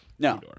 No